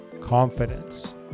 confidence